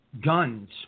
guns